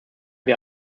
wir